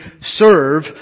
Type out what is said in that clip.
serve